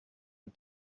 had